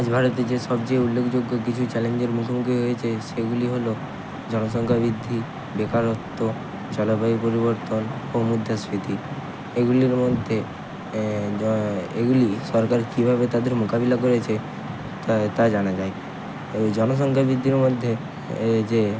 আজ ভারতের যে সবচেয়ে উল্লেখযোগ্য কিছু চ্যালেঞ্জের মুখোমুখি হয়েছে সেগুলি হলো জনসংখ্যা বৃদ্ধি বেকারত্ব জলবায়ু পরিবর্তন ও মুদ্রাস্ফীতি এগুলির মধ্যে এগুলি সরকার কীভাবে তাদের মোকাবিলা করেছে তা তা জানা যায় জনসংখ্যা বৃদ্ধির মধ্যে এই যে